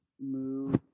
move